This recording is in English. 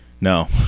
No